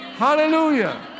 Hallelujah